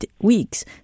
weeks